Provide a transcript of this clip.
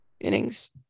innings